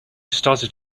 started